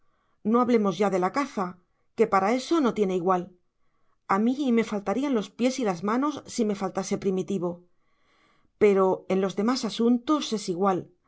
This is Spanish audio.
no hablemos ya de la caza que para eso no tiene igual a mí me faltarían los pies y las manos si me faltase primitivo pero en los demás asuntos es igual